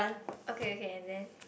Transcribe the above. okay okay and then